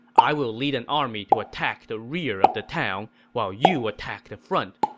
i will lead an army to attack the rear of the town while you attack the front.